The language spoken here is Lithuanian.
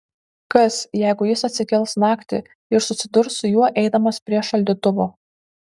kas jeigu jis atsikels naktį ir susidurs su juo eidamas prie šaldytuvo